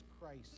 Christ